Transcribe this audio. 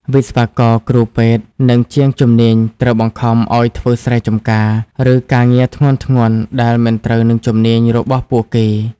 វិស្វករ គ្រូពេទ្យ និងជាងជំនាញត្រូវបង្ខំឱ្យធ្វើស្រែចម្ការ ឬការងារធ្ងន់ៗដែលមិនត្រូវនឹងជំនាញរបស់ពួកគេ។